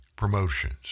promotions